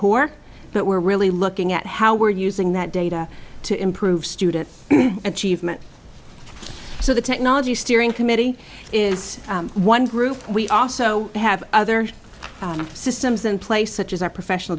poor but we're really looking at how we're using that data to improve student achievement so the technology steering committee is one group we also have other systems in place such as our professional